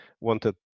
wanted